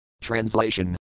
Translation